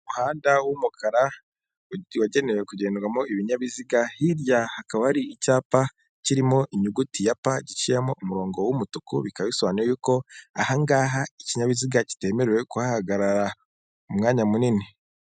Umuhanda w'umukara wagenewe kugendwamo ibinyabiziga, hirya hakaba ari icyapa kirimo inyuguti ya pa giciyemo umurongo w'umutuku bika bisobanuye ko ahangaha ikinyabiziga kitemerewe kuhagarara, umwanya munini.